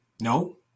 No